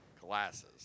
glasses